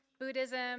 Buddhism